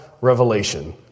revelation